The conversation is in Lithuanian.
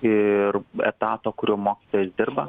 ir etato kuriuo mokytojas dirba